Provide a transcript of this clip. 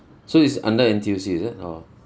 so it's under N_T_U_C is it or?